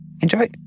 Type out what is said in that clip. Enjoy